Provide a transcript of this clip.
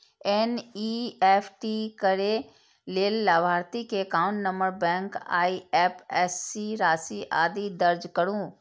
NEFT करै लेल लाभार्थी के एकाउंट नंबर, बैंक, आईएपएससी, राशि, आदि दर्ज करू